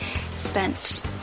spent